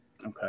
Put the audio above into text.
Okay